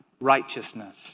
righteousness